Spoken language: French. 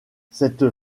cette